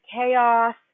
chaos